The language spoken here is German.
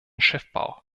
schiffbau